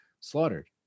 slaughtered